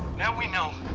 now we know,